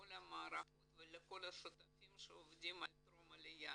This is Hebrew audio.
לכל המערכות ולכל השותפים שעובדים על טרום העלייה,